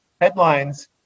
headlines